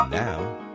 Now